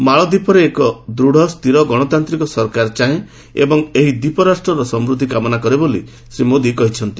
ମାଳଦ୍ୱୀପରେ ଏକ ଦୂଢ଼ ସ୍ଥିର ଗଣତାନ୍ତିକ ସରକାର ଭାରତ ଚାହେଁ ଏବଂ ଏହି ଦ୍ୱୀପରାଷ୍ଟ୍ରର ସମୃଦ୍ଧି କାମନା କରେ ବୋଲି ଶ୍ରୀ ମୋଦି କହିଛନ୍ତି